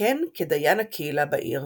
שכיהן כדיין הקהילה בעיר.